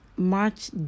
March